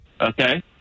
Okay